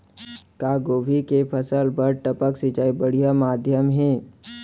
का गोभी के फसल बर टपक सिंचाई बढ़िया माधयम हे?